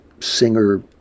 singer